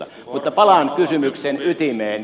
mutta palaan kysymyksen ytimeen